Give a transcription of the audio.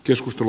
keskustelu